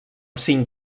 cinc